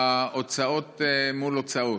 בהוצאות מול הוצאות,